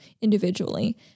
individually